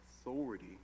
authority